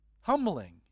Humbling